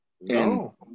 No